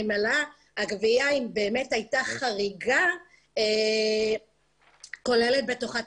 ממילא הקביעה אם באמת הייתה חריגה כוללת בתוכה את